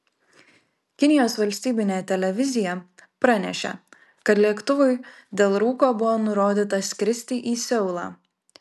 kinijos valstybinė televizija pranešė kad lėktuvui dėl rūko buvo nurodyta skristi į seulą